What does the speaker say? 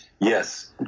Yes